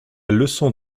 leçon